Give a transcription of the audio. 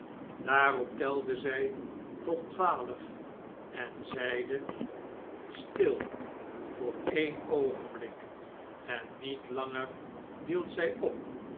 daarop telde zjj tot twaalf en zeide stil voor een oogenblik en niet langer hield zy op